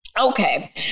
Okay